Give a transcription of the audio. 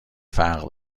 فرق